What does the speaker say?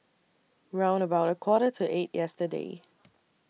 round about A Quarter to eight yesterday